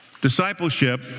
discipleship